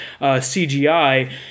CGI